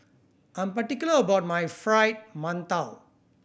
I'm particular about my Fried Mantou